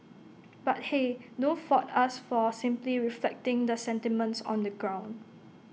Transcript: but hey don't fault us for simply reflecting the sentiments on the ground